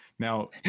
Now